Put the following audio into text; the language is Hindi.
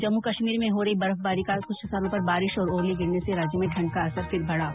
जम्मू कश्मीर में हो रही बर्फबारी तथा कुछ स्थानों पर बारिश और ओले गिरने से राज्य में ठण्ड का असर फिर बढा